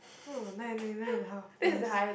oh nine nine nine and the half nice